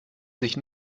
sich